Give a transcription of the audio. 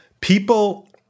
people